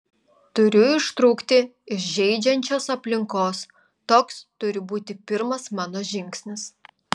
turiu ištrūkti iš žeidžiančios aplinkos toks turi būti pirmas mano žingsnis